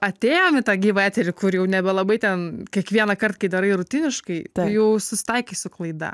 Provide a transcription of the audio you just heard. atėjom į tą gyvą eterį kur jau nebelabai ten kiekvienąkart kai darai rutiniškai jau susitaikei su klaida